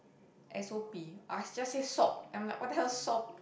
S_O_P I just say sop I'm like what the hell is sop